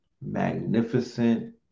magnificent